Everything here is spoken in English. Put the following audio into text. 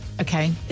Okay